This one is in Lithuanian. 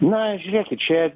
na žiūrėkit čia